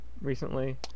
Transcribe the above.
recently